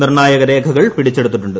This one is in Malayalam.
നിർണായക രേഖകൾ പിടിച്ചെടുത്തിട്ടുണ്ട്